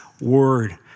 word